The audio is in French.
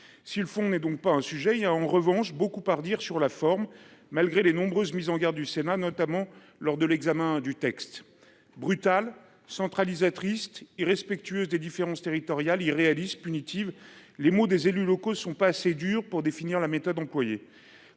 Si le fond n'est donc pas un sujet il y a en revanche beaucoup à redire sur la forme. Malgré les nombreuses mises en garde du Sénat, notamment lors de l'examen du texte brutal centralisatrice. Irrespectueuse des différences territoriales irréaliste punitives. Les mots des élus locaux ne sont pas assez dur pour définir la méthode employée.